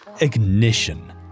ignition